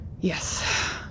Yes